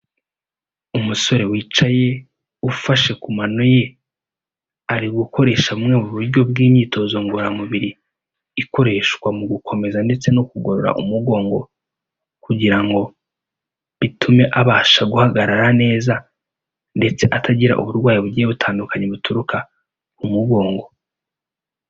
Umusore wicaye ufashe ku mano ye, ari gukoresha bumwe mu buryo bw'imyitozo ngororamubiri, ikoreshwa mu gukomeza ndetse no kugorora umugongo kugira ngo bitume abasha guhagarara neza ndetse atagira uburwayi bugiye butandukanye buturuka mu mugongo.